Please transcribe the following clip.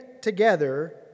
together